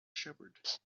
shepherd